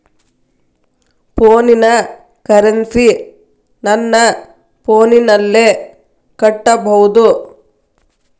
ಫೋನಿನ ಕರೆನ್ಸಿ ನನ್ನ ಫೋನಿನಲ್ಲೇ ಕಟ್ಟಬಹುದು?